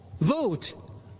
vote